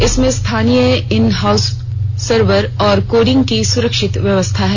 इसमें स्थानीय in house server और कोडिंग की सुरक्षित व्यवस्था है